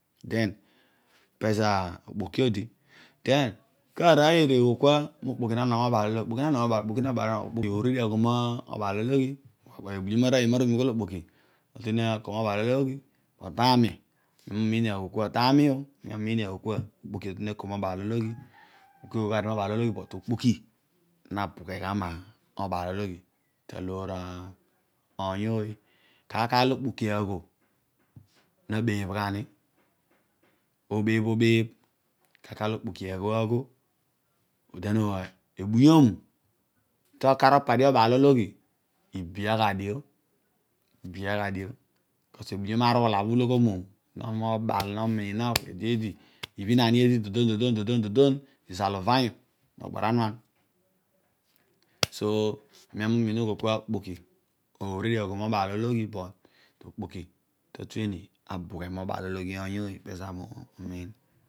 Gen pezo ah okpoki odi den ka rooy eru eghol kue okpoki na nogho meebaaloghi okpoki in ebuyom ooy iphol okpoki nanaan no meebaalologhi ako mebaalologhi tam io ami umiin lo agbe sua okpoki na nogho nebaalo login, but okpoki na toghe ghe moba okpoki na toghe ghe moba okpoki na boghe ghe moba alologhi ta lool oony ooy kar olo okpoki agho na beebh ghani obeebh obeebh kar kar olo okpo agho agho, den ebuyom to okar opadi ehaalologhio ibia gha dio ibia gha dio bkos ebuyom aruula obho uloghor obho, nobel nomiia egh ede eedi ibhin ani eedi don, don, don, don izal uvanyu nogbaranuan so ani, ami umiin aghol kua okpoki arudio agho ta tueni abughe mobaalologhi oony ooy pezo ami umiin.